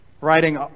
Writing